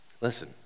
Listen